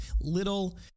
little